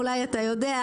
ואולי אתה יודע,